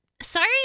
Sorry